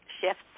shifts